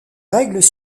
règles